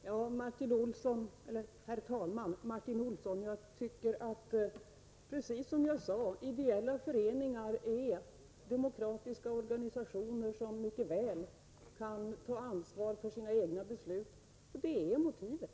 Herr talman! Jag tycker precis som jag sade, Martin Olsson, att ideella föreningar är demokratiska organisationer som mycket väl kan ta ansvar för sina egna beslut. Det är motivet.